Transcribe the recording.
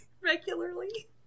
Regularly